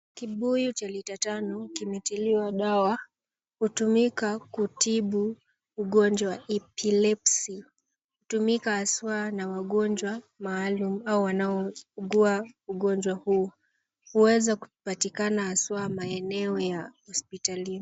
Kibuyu cha lita tano kimetiliwa dawa, hutumika kutibu mgonjwa Epilepsy . Hutumika haswa na wagonjwa maalum au wanao ugua ugonjwa huu. Huwezi kupatikana haswa maeneo ya hosipitalini.